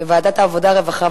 וועדת העבודה, הרווחה והבריאות.